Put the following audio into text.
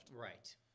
Right